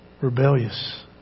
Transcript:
rebellious